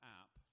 app